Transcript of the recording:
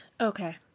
Okay